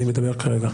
אני מדבר כרגע.